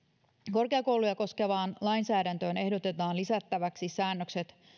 korkeakouluja koskevaan lainsäädäntöön ehdotetaan lisättäväksi säännökset